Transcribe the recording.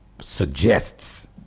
suggests